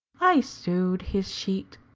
i sewed his sheet,